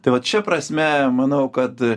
tai vat šia prasme manau kad